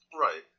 Right